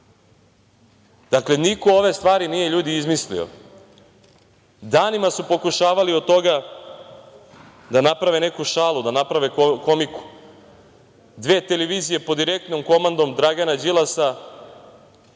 Dakle, niko ove stvari nije izmislio. Danima su pokušavali od toga da naprave neku šalu, da naprave komiku. Dve televizije pod direktnom komandom Dragana Đilasa